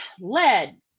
lead